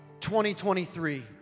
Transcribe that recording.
2023